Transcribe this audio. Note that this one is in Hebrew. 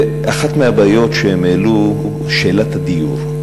אחת הבעיות שהם העלו היא שאלת הדיור.